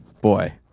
Boy